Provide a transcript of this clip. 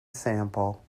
sample